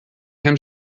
hem